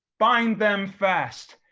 bind them fast,